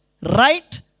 right